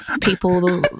People